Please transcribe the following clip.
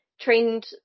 trained